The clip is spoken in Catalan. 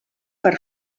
per